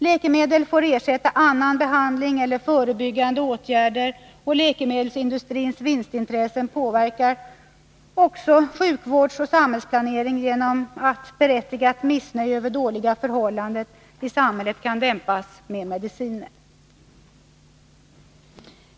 Läkemedel får ersätta annan behandling eller förebyggande åtgärder, och läkemedelsindustrins vinstintresse påverkar således också sjukvårdsoch samhällsplanering genom att berättigat missnöje över dåliga förhållanden i samhället kan dämpas med mediciner.